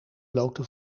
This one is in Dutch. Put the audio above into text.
blote